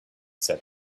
said